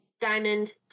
diamond